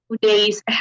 days